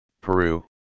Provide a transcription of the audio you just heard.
Peru